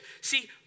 See